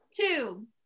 two